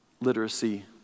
literacy